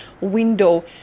window